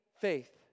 faith